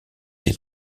des